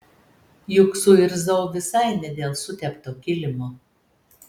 juk suirzau visai ne dėl sutepto kilimo